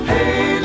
Hey